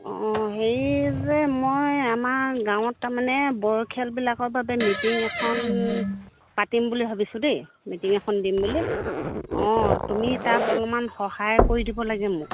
অঁ হেৰি যে মই আমাৰ গাঁৱত তাৰমানে বৰ খেলবিলাকৰ বাবে মিটিং এখন পাতিম বুলি ভাবিছোঁ দেই মিটিং এখন দিম বুলি অঁ তুমি তাত অলপমান সহায় কৰি দিব লাগে মোক